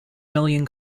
million